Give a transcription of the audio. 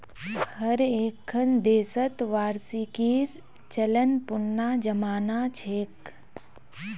हर एक्खन देशत वार्षिकीर चलन पुनना जमाना छेक